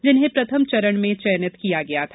जिन्हें प्रथम चरण में चयनित किया गया था